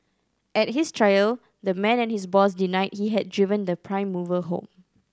at his trial the man and his boss denied he had driven the prime mover home